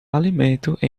alimento